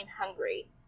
hungry